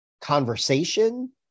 conversation